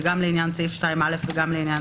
זה נוגע גם ל-2(א) וגם ל-3.